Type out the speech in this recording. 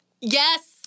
Yes